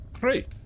great